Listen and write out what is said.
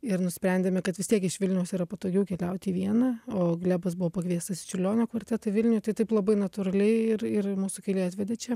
ir nusprendėme kad vis tiek iš vilniaus yra patogiau keliauti į vieną o glebas buvo pakviestas į čiurlionio kvartetą vilniuj tai taip labai natūraliai ir ir mūsų keliai atvedė čia